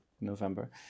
November